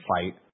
Fight